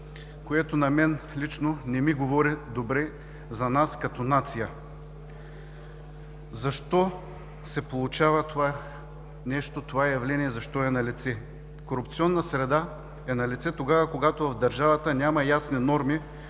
лично на мен не ми говори добре за нас като нация. Защо се получава така, защо това явление е налице? Корупционна среда е налице, когато в държавата няма ясни норми,